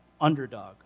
underdog